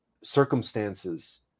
circumstances